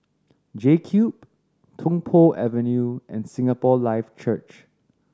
JCube Tung Po Avenue and Singapore Life Church